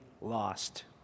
lost